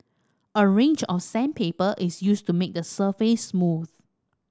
a range of sandpaper is used to make the surface smooth